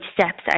steps